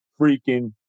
freaking